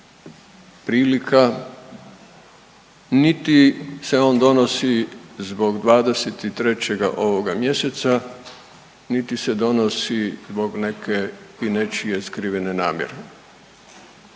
prilika, niti se on donosi zbog 23. ovoga mjeseca, niti se donosi zbog neke i nečije skrivene namjere,